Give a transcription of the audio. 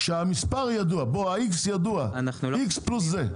שהמספר ידוע, ה-X ידוע, X פלוס זה.